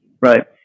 right